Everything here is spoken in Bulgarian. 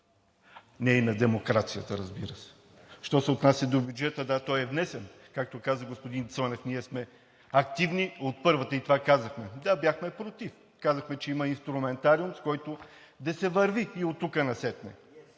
и на демокрацията, разбира се! Що се отнася до бюджета – да, той е внесен, както каза господин Цонев, ние сме активни от първата минута и казахме „да“, но бяхме против. Казахме, че има инструментариум, с който да се върви оттук насетне.